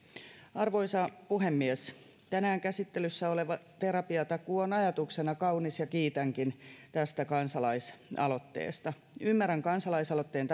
arvoisa puhemies tänään käsittelyssä oleva terapiatakuu on ajatuksena kaunis ja kiitänkin tästä kansalaisaloitteesta ymmärrän kansalaisaloitteen